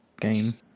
game